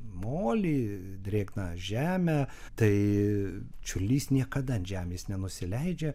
molį drėgną žemę tai čiurlys niekada ant žemės nenusileidžia